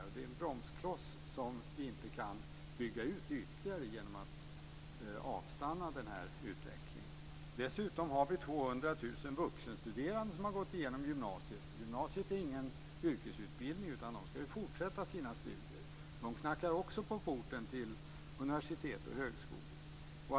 Det är en bromskloss och där kan vi inte bygga ut ytterligare genom att avstanna utvecklingen. Dessutom har 200 000 vuxenstuderande genomgått gymnasiet. Gymnasiet är ju inte en yrkesutbildning så de här eleverna ska fortsätta sina studier. Också de knackar på porten till universitet och högskolor.